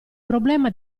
problema